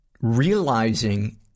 realizing